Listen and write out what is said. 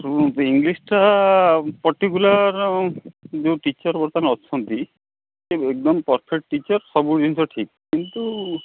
ଶୁଣନ୍ତୁ ଇଂଲିଶଟା ପଟିକୁଲାର ଯେଉଁ ଟିଚର୍ ବର୍ତ୍ତମାନ ଅଛନ୍ତି ସେ ଏକଦମ୍ ପରଫେକ୍ଟ ଟିଚର୍ ସବୁ ଜିନିଷ ଠିକ୍ କିନ୍ତୁ